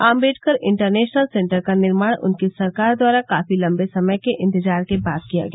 Ambedkar international centre का निर्माण उनकी सरकार द्वारा काफी लम्बे इंतजार के बाद किया गया